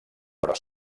però